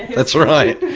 that's right,